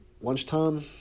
lunchtime